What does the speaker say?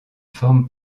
forme